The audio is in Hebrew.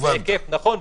נכון,